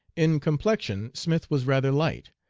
in complexion smith was rather light,